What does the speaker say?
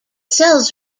sells